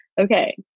okay